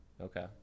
Okay